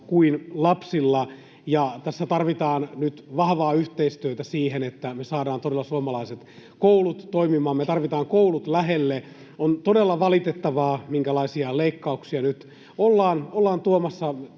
kuin lapsilla. Tässä tarvitaan nyt vahvaa yhteistyötä siinä, että me saadaan todella suomalaiset koulut toimimaan. Me tarvitaan koulut lähelle. On todella valitettavaa, minkälaisia leikkauksia nyt ollaan tuomassa